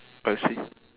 I see